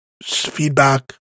feedback